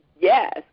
yes